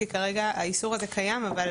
כי כרגע האיסור הזה קיים, אבל